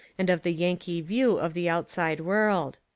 and of the yankee view of the outside world.